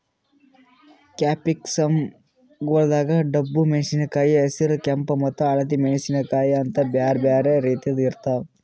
capsicum ಗೊಳ್ದಾಗ್ ಡಬ್ಬು ಮೆಣಸಿನಕಾಯಿ, ಹಸಿರ, ಕೆಂಪ ಮತ್ತ ಹಳದಿ ಮೆಣಸಿನಕಾಯಿ ಅಂತ್ ಬ್ಯಾರೆ ಬ್ಯಾರೆ ರೀತಿದ್ ಇರ್ತಾವ್